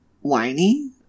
whiny